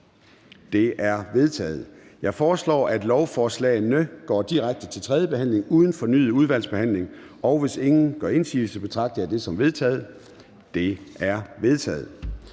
De er vedtaget. Jeg foreslår, at lovforslagene går direkte til tredje behandling uden fornyet udvalgsbehandling. Hvis ingen gør indsigelse, betragter jeg dette som vedtaget. Det er vedtaget.